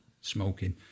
smoking